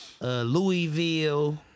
Louisville